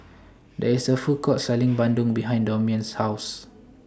There IS A Food Court Selling Bandung behind Damion's House